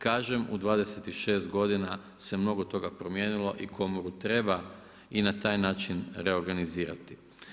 Kažem u 26 godina se mnogo toga promijenilo i Komoru treba i na taj način reorganizirati.